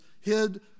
hid